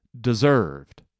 deserved